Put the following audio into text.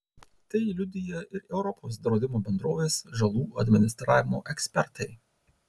tai liudija ir europos draudimo bendrovės žalų administravimo ekspertai